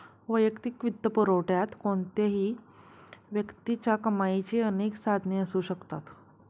वैयक्तिक वित्तपुरवठ्यात कोणत्याही व्यक्तीच्या कमाईची अनेक साधने असू शकतात